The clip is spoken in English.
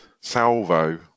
Salvo